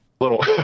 Little